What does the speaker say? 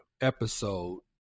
episode